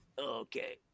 Okay